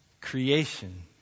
creation